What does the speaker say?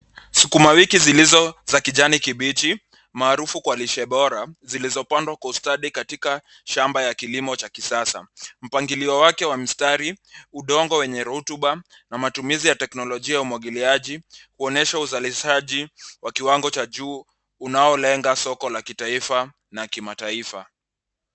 Sukuma wiki zilizo za kijani kibichi maarufu kwa lishe bora zilizopandwa kwa ustadi katika shamba ya kilimo cha kisasa. Mpangilio wake wa mistari, udongo wenye rutuba na matumizi ya teknolojia ya umwagiliaji kuonyesha uzalishaji wa kiwango cha juu unaolenga soko la kitaifa na kimataifa.